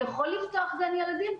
היא יכולה לפתוח גן ילדים?